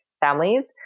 families